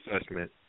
assessment